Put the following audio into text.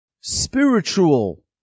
Spiritual